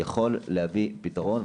יכול להביא פתרון,